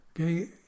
okay